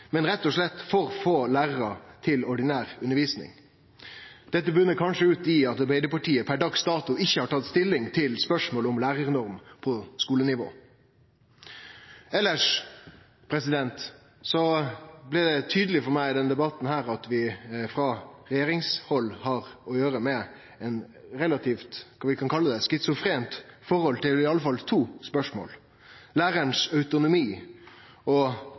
men rett og slett for få lærarar til ordinær undervisning. Dette botnar kanskje ut i at Arbeidarpartiet per dags dato ikkje har tatt stilling til spørsmålet om lærarnorm på skulenivå. Elles blei det tydeleg for meg i denne debatten at vi frå regjeringshald har å gjere med eit relativt – kan vi kalle det – schizofrent forhold til iallfall to spørsmål: Lærarens autonomi og